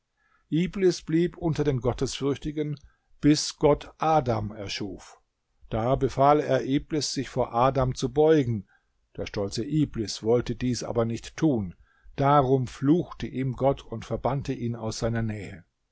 iblis blieb unter den gottesfürchtigen bis gott adam erschuf da befahl er iblis sich vor adam zu beugen der stolze iblis wollte dies aber nicht tun darum fluchte ihm gott und verbannte ihn aus seiner nähe